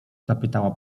zapytała